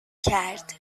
کرد